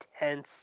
intense